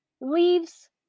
leaves